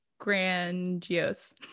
grandiose